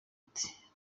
ati